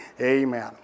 Amen